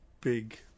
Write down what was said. big